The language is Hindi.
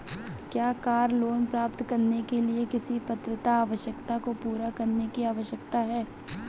क्या कार लोंन प्राप्त करने के लिए किसी पात्रता आवश्यकता को पूरा करने की आवश्यकता है?